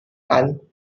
kan